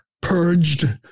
purged